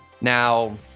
Now